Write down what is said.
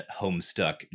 Homestuck